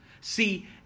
See